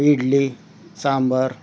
idli sambar